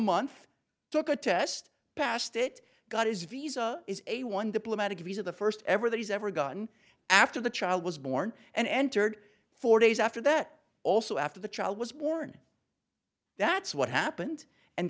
month took a test passed it got his visa is a one diplomatic visa the first ever that he's ever gotten after the child was born and entered four days after that also after the child was born that's what happened and